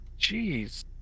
Jeez